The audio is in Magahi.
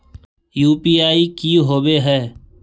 यु.पी.आई की होबे है?